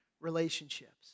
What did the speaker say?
relationships